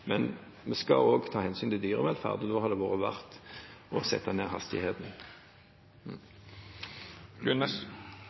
Men vi skal også ta hensyn til dyrevelferd, og da har det vært verdt det å sette ned hastigheten.